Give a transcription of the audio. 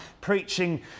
preaching